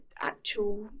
actual